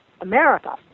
America